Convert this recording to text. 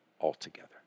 altogether